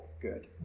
good